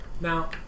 Now